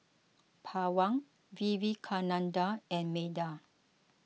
Pawan Vivekananda and Medha